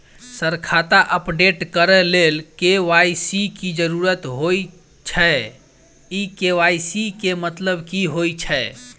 Sir खाता update करऽ लेल के.वाई.सी की जरुरत होइ छैय इ के.वाई.सी केँ मतलब की होइ छैय?